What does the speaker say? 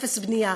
אפס בנייה,